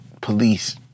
police